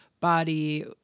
body